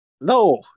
No